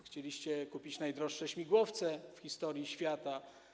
Chcieliście kupić najdroższe śmigłowce w historii świata.